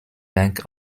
bank